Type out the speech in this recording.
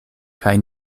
kaj